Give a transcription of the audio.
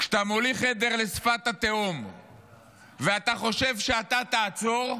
כשאתה מוליך עדר לשפת התהום ואתה חושב שאתה תעצור,